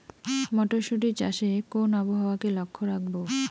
মটরশুটি চাষে কোন আবহাওয়াকে লক্ষ্য রাখবো?